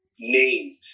named